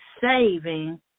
saving